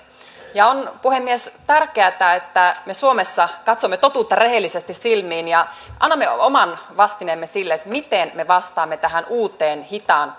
on puhemies tärkeätä että me suomessa katsomme totuutta rehellisesti silmiin ja annamme oman vastineemme sille miten me vastaamme tähän uuteen hitaan